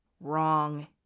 wrong